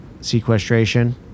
sequestration